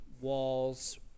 walls